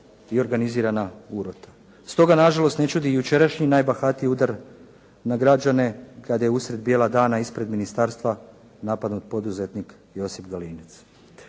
i organizirana urota. Stoga na žalost ne čudi jučerašnji najbahatiji udar na građane kad je usred bijela dana ispred Ministarstva napadnut poduzetnik Josip Galinec.